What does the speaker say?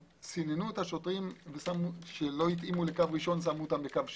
וסיננו את השוטרים שלא התאימו בקו הראשון שמו אותם בקו השני.